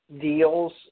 deals